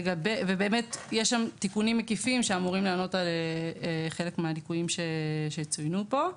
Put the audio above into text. יש שם תיקונים מקיפים שאמורים לענות על חלק מהליקויים שצוינו פה.